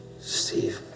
Steve